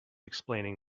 explaining